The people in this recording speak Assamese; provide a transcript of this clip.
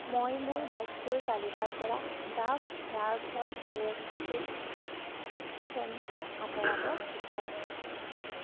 মই মোৰ বস্তুৰ তালিকাৰ পৰা Dove hair fall rescue shampoo আঁতৰাব বিচাৰোঁ